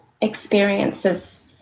experiences